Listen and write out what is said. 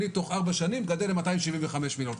תוך 4 שנים אני גדל ל-275 מיליון,